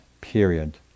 period